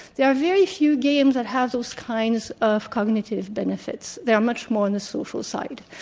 there are very few games that have those kinds of cognitive benefits. they are much more on the social side.